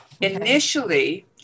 Initially